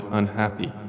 unhappy